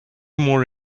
more